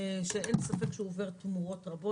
שאין ספק שהוא עובר תמורות רבות.